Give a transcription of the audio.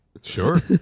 sure